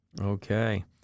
okay